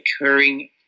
occurring